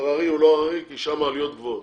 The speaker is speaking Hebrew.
הררי או לא הררי, כי שם עלויות גבוהות.